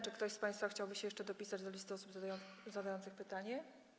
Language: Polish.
Czy ktoś z państwa chciałby się jeszcze dopisać do listy osób zadających pytania?